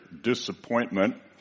disappointment